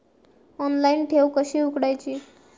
Online ठेव कशी उघडायची?